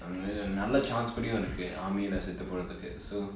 நல்ல:nalla chance கூட இருக்கு:kuda irukku army செத்து போகவும்:sethu pogavum so